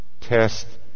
Test